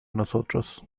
nosotros